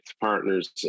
partners